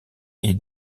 est